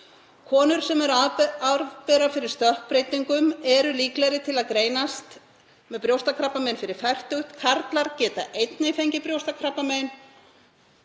Konur sem eru arfberar fyrir stökkbreytingar eru líklegri til að greinast með brjóstakrabbamein fyrir fertugt. Karlar geta einnig fengið brjóstakrabbamein